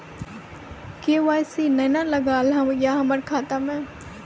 KYC ने न लागल या हमरा खाता मैं?